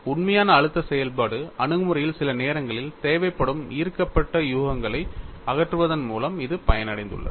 உண்மையான அழுத்த செயல்பாடு அணுகுமுறையில் சில நேரங்களில் தேவைப்படும் ஈர்க்கப்பட்ட யூகங்களை அகற்றுவதன் மூலம் இது பயனடைந்துள்ளது